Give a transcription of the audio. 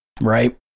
right